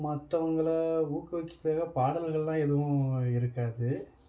மற்றவங்கள ஊக்குவிக்கிறதுக்காக பாடல்களெலாம் எதுவும் இருக்காது